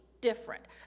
different